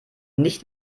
nicht